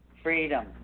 Freedom